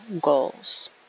goals